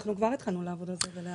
אנחנו כבר התחלנו לעבוד על זה.